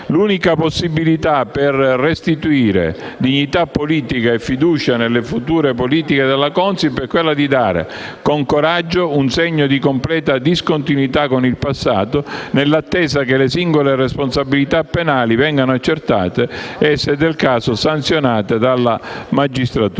L'unica possibilità per restituire dignità politica e fiducia nelle future politiche della Consip è quella di dare, con coraggio, un segno di completa discontinuità con il passato, nell'attesa che le singole responsabilità penali vengano accertate e, se del caso, sanzionate dalla magistratura.